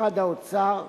משרד האוצר,